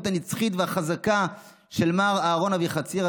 הנצחית והחזקה של מר אהרן אבוחצירא,